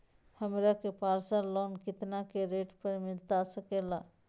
हमरा के personal loan कितना के रेट पर मिलता सके ला?